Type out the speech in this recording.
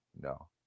No